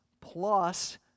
plus